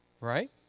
Right